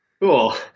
Cool